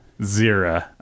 Zira